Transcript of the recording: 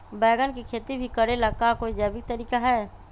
बैंगन के खेती भी करे ला का कोई जैविक तरीका है?